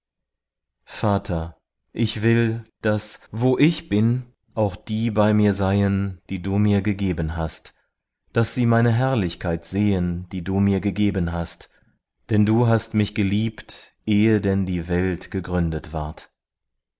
vater ich will daß wo ich bin auch die bei mir seien die du mir gegeben hast daß sie meine herrlichkeit sehen die du mir gegeben hast denn du hast mich geliebt ehe denn die welt gegründet ward